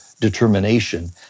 determination